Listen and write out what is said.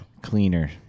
Cleaner